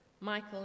Michael